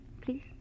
please